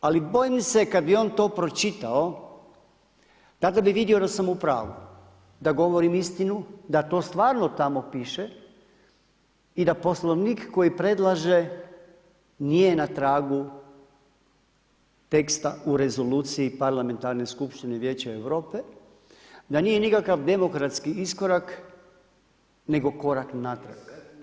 Ali bojim se kada bi on to pročitao, tada bi vidio da sam u pravu, da govorim istinu, da to stvarno tamo piše i da Poslovnik koji predlaže nije na tragu teksta u Rezoluciji Parlamentarne skupštine Vijeća Europe, da nije nikakav demokratski iskorak nego korak natrag.